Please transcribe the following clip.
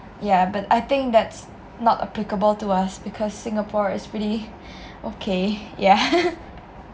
ya but I think that's not applicable to us because singapore is pretty okay ya